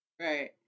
Right